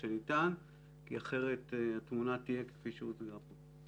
הניתן כי אחרת התמונה תהיה כפי שהוצגה פה.